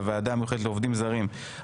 על הוועדה המיוחדת לעובדים זרים,